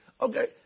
Okay